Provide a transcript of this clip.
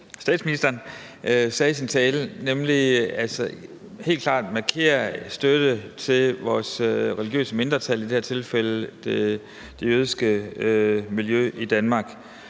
statsministeren, sagde i sin tale, i forhold til helt klart at markere støtte til vores religiøse mindretal, i det her tilfælde det jødiske miljø i Danmark.